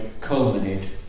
culminate